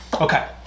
Okay